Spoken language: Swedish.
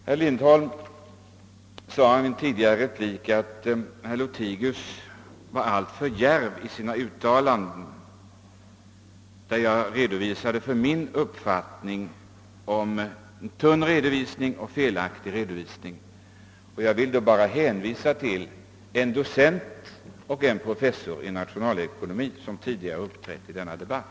Herr Lindholm sade i en tidigare replik att jag var alltför djärv i mina uttalanden, i vilka jag klargjorde min uppfattning om tunn och felaktig redovisning. Jag vill bara hänvisa till en docent och en professor i nationalekonomi, som har uppträtt tidigare i denna debatt.